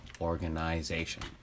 Organization